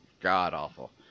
god-awful